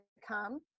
come